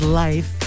life